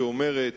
שאומרת